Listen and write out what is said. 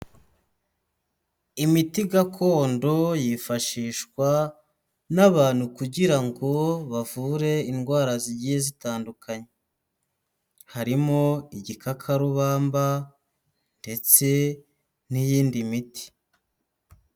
Imiti gakondo yifashishwa n'abantu kugira ngo bavure indwara zigiye zitandukanye, harimo igikakarubamba ndetse n'iyindi miti.